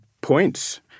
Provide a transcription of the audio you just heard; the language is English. points